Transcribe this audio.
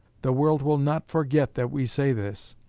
the world will not forget that we say this.